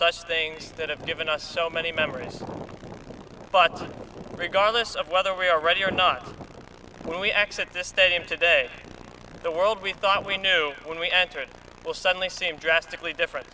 such things that have given us so many memories but regardless of whether we are ready or not we accept this day and today the world we thought we knew when we entered will suddenly seem drastically different